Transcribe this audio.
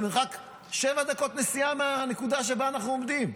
במרחק שבע דקות נסיעה מהנקודה שבה אנחנו עומדים.